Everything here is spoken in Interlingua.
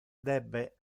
debe